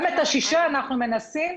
גם את השישה אנחנו מנסים.